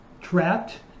trapped